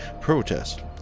protests